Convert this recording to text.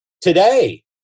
today